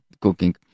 cooking